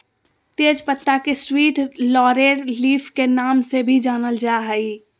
तेज पत्ता के स्वीट लॉरेल लीफ के नाम से भी जानल जा हइ